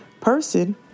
person